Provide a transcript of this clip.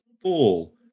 full